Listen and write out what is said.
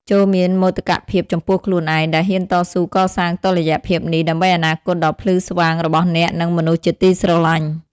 ចូរមានមោទកភាពចំពោះខ្លួនឯង ដែលហ៊ានតស៊ូកសាងតុល្យភាពនេះ ដើម្បីអនាគតដ៏ភ្លឺស្វាងរបស់អ្នក និងមនុស្សជាទីស្រឡាញ់។